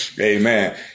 Amen